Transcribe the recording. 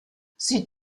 sie